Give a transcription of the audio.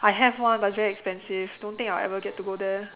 I have one but it's very expensive don't think I'll ever get to go there